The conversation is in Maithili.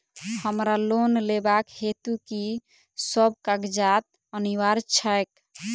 हमरा लोन लेबाक हेतु की सब कागजात अनिवार्य छैक?